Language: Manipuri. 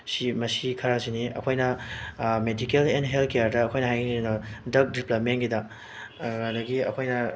ꯁꯤ ꯃꯁꯤ ꯈꯔꯁꯤꯅꯤ ꯑꯩꯈꯣꯏꯅ ꯃꯦꯗꯤꯀꯦꯜ ꯑꯦꯟꯗ ꯍꯦꯜ ꯀꯤꯌꯥꯔꯗ ꯑꯩꯈꯣꯏꯅ ꯍꯥꯏꯅꯤꯡꯉꯤꯁꯤꯅ ꯗ꯭ꯔꯒ ꯗꯤꯕ꯭ꯂꯞꯃꯦꯟꯒꯤꯗ ꯑꯗꯒꯤ ꯑꯩꯈꯣꯏꯅ